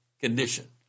condition